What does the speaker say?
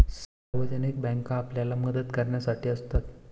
सार्वजनिक बँका आपल्याला मदत करण्यासाठी असतात